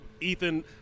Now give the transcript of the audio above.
Ethan –